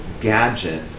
gadget